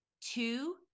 Two